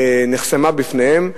נחסמה בפניהם,